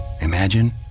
imagine